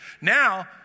Now